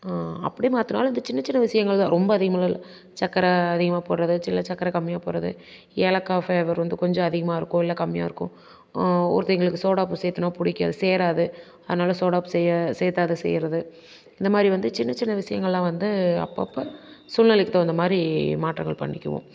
அப்படியே மாற்றினாலும் இந்த சின்ன சின்ன விஷயங்கள்தான் ரொம்ப அதிகம்லாம் இல்லை சக்கரை அதிகமாக போடுறது சில சக்கரை கம்மியாப் போடுறது ஏலக்காய் ஃபிளேவர் வந்து கொஞ்சம் அதிகமா இருக்கும் இல்லை கம்மியா இருக்கும் ஒருத்தங்களுக்கு சோடாப்பு சேர்த்துனா பிடிக்காது சேராது அதனால் சோடாப்பு செய்ய சேத்தாது செய்கிறது இந்தமாதிரி வந்து சின்ன சின்ன விஷயங்கள்லாம் வந்து அப்போப்ப சூழ்நிலைக்கு தகுந்தமாதிரி மாற்றங்கள் பண்ணிக்குவோம்